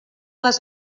les